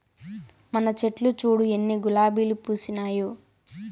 మన చెట్లు చూడు ఎన్ని గులాబీలు పూసినాయో